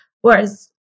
Whereas